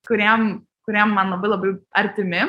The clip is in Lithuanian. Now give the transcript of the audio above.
kuriem kurie man labai labai artimi